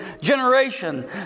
generation